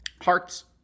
Hearts